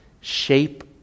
shape